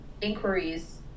inquiries